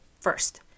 first